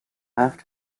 left